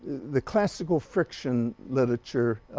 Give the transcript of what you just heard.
the classical friction literature